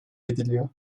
ediliyor